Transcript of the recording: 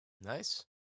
Nice